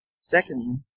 Secondly